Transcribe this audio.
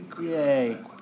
Yay